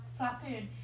Flapoon